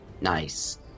Nice